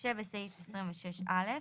שבסעיף 26א,